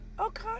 okay